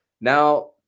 now